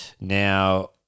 now